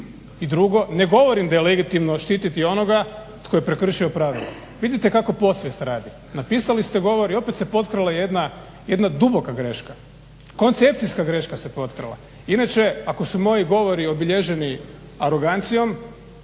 I drugo, ne govorim da je legitimno štititi onoga tko je prekršio pravilo. Vidite kako podsvijest radi. Napisali ste govor i opet se potkrala jedna duboka greška, koncepcijska greška se potkrala. Inače, ako su moji govori obilježeni arogancijom